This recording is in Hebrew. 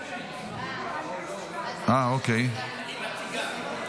היא מציגה.